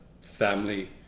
family